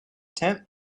tenth